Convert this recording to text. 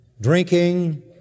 drinking